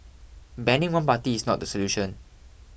banning one party is not the solution